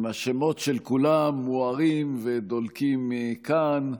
עם השמות של כולם מוארים ודולקים כאן,